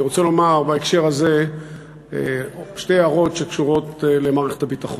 אני רוצה לומר בהקשר הזה שתי הערות שקשורות למערכת הביטחון.